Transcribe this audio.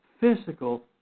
physical